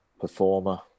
performer